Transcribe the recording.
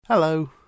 Hello